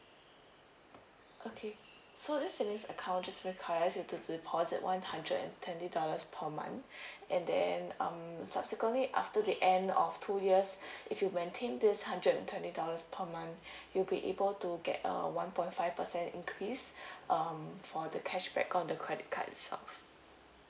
okay so this savings account just requires you to deposit one hundred and twenty dollars per month and then um subsequently after the end of two years if you maintain this hundred and twenty and dollars per month you'll be able to get a one point five percent increase um for the cashback on the credit card itself